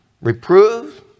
Reprove